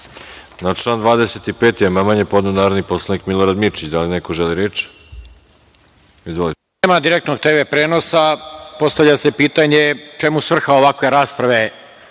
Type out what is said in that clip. član 49. amandman je podneo narodni poslanik Milorad Mirčić. Da li neko želi reč? Izvolite.